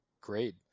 Great